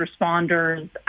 responders